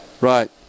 right